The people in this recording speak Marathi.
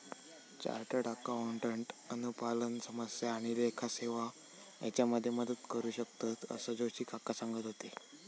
चार्टर्ड अकाउंटंट अनुपालन समस्या आणि लेखा सेवा हेच्यामध्ये मदत करू शकतंत, असा जोशी काका सांगत होते